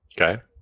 Okay